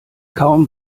kaum